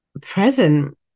present